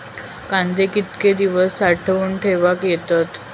कांदे कितके दिवस साठऊन ठेवक येतत?